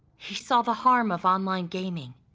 he saw the harm of online gaming.